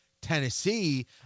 Tennessee